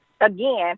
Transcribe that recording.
again